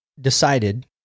decided